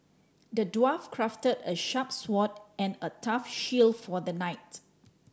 the dwarf crafted a sharp sword and a tough shield for the knight